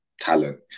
talent